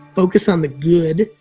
focus on the good,